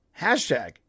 hashtag